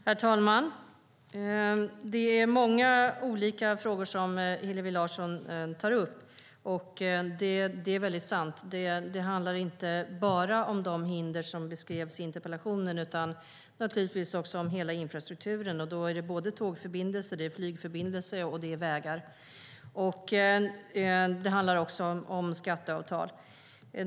Herr talman! Det är många olika frågor som Hillevi Larsson tar upp. Det är sant att det inte bara handlar om de hinder som beskrevs i interpellationen utan naturligtvis också om hela infrastrukturen. Det är tågförbindelser, flygförbindelser och vägar. Det handlar också om skatteavtal.